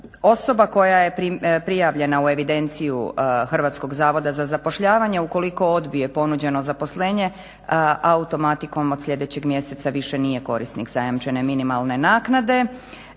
Osoba koja je prijavljena u evidenciju HZZZ-a ukoliko odbije ponuđeno zaposlenje, automatikom od sljedećeg mjeseca više nije korisnik zajamčene minimalne naknade.